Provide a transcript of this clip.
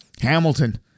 Hamilton